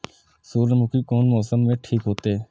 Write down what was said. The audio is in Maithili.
सूर्यमुखी कोन मौसम में ठीक होते?